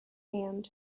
named